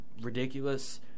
ridiculous